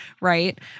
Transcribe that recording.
right